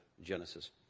Genesis